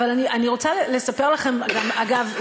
אגב,